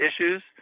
issues